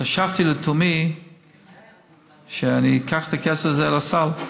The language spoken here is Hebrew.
חשבתי לתומי שאני אקח את הכסף הזה לסל,